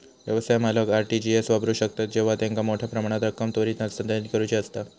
व्यवसाय मालक RTGS वापरू शकतत जेव्हा त्यांका मोठ्यो प्रमाणात रक्कम त्वरित हस्तांतरित करुची असता